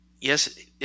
Yes